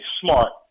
smart